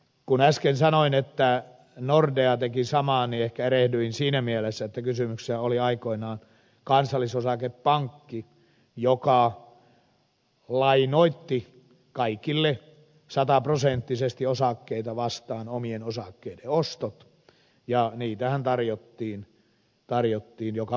kun äsken sanoin että nordea teki samaa niin ehkä erehdyin siinä mielessä että kysymyksessä oli aikoinaan kansallis osake pankki joka lainoitti kaikille sataprosenttisesti osakkeita vastaan omien osakkeiden ostot ja niitähän tarjottiin joka puolella